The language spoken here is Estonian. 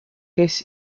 kes